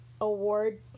award